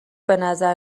بنظر